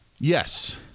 yes